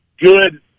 good